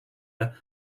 are